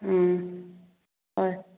ꯎꯝ ꯍꯣꯏ